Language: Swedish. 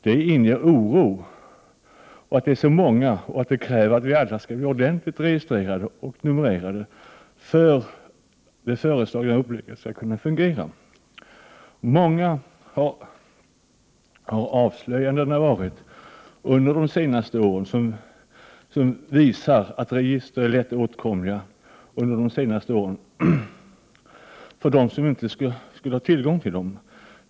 Det inger oro att det är så många och att detta kräver att vi alla skall bli ordentligt registrerade och numrerade för att det föreslagna upplägget skall kunna fungera. Många har avslöjandena varit under de senaste åren som visar att register är lätt åtkomliga för dem som inte skall ha tillgång till dem.